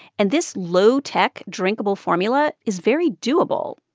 and this low-tech drinkable formula is very doable.